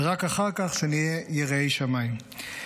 ורק אחר כך שנהיה יראי שמיים.